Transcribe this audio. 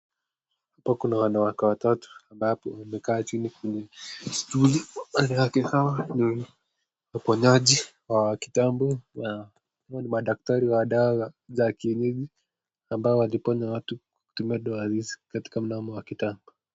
hapa kuna wanawake watatu ambapo wamekaa chini kivili wakiwa kikao na uponyaji wa wakitambo. Hawa ni madakitari wa dawa za kienyeji ambao waliponya watu kutumia dawa hizi katika wa kitambo.